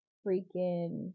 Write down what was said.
freaking